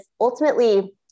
Ultimately